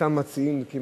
אותם מציעים כמעט,